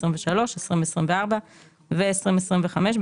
2024 ו־2025,